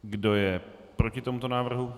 Kdo je proti tomuto návrhu?